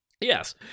Yes